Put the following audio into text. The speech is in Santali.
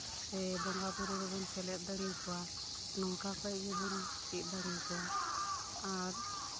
ᱥᱮ ᱵᱚᱸᱜᱟ ᱵᱩᱨᱩ ᱨᱮᱵᱚᱱ ᱥᱮᱞᱮᱫ ᱫᱟᱲᱮ ᱟᱠᱚᱣᱟ ᱱᱚᱝᱠᱟ ᱠᱷᱚᱱ ᱜᱮᱵᱚᱱ ᱪᱮᱫ ᱫᱟᱲᱮ ᱟᱠᱚᱣᱟ ᱟᱨ